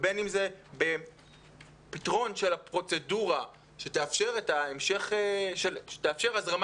ובין אם זה פתרון של הפרוצדורה שתאפשר הזרמת